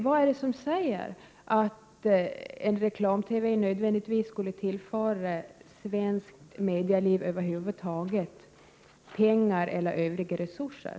Vad är det som säger att reklam-TV nödvändigtvis skulle 17 december 1987 tillföra svenskt medieliv över huvud taget pengar eller övriga resurser?